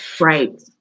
Right